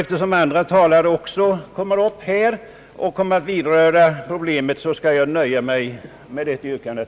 Eftersom också andra talare kommer att beröra problemet, skall jag nöja mig med det yrkandet.